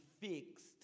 fixed